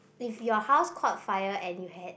if your house caught fire and you had